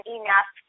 enough